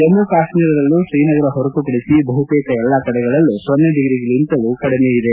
ಜಮ್ಮ ಕಾತ್ನೀರದಲ್ಲೂ ಶ್ರೀನಗರ ಹೊರತುಪಡಿಸಿ ಬಹುತೇಕ ಎಲ್ಲ ಕಡೆಗಳಲ್ಲೂ ಸೊನ್ನೆ ಡಿಗ್ರಿಗಿಂತಲೂ ಕಡಿಮೆ ಇದೆ